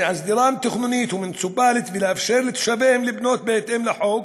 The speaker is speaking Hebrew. להסדירם תכנונית ומוניציפלית ולאפשר לתושביהם לבנות בהתאם לחוק,